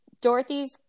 dorothy's